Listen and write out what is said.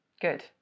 Good